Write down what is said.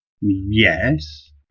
Yes